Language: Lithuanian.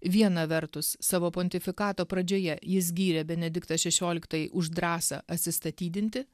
viena vertus savo pontifikato pradžioje jis gyrė benediktą šešioliktajį už drąsą atsistatydinti